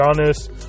honest